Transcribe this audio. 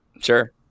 Sure